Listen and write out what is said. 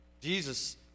Jesus